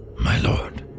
my lord,